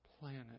planet